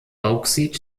bauxit